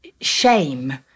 shame